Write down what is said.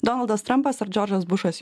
donaldas trampas ar džordžas bušas